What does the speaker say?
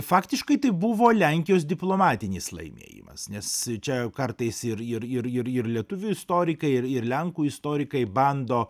faktiškai tai buvo lenkijos diplomatinis laimėjimas nes čia kartais ir ir ir ir lietuvių istorikai ir ir lenkų istorikai bando